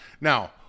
Now